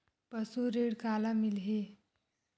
पशु ऋण काला मिलही?